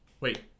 Wait